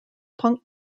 punk